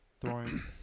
throwing